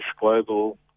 global